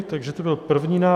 Takže to byl první návrh.